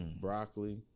broccoli